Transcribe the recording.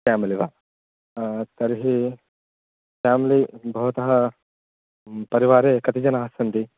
family वा तर्हि family भवतः परिवारे कति जनाः सन्ति